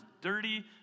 dirty